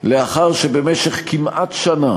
לאחר שבמשך כמעט שנה